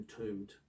entombed